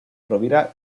rovira